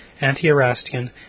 Anti-Erastian